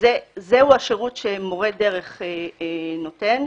זה השירות שמורה דרך נותן,